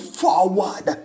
forward